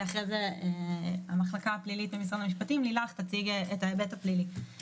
ואחר כך לילך מהמחלקה הפלילית במשרד המשפטים תציג את ההיבט הפלילי.